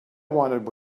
wanted